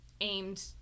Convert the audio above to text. aimed